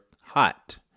hot